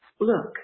look